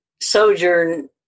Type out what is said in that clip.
sojourn